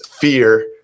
fear